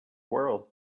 world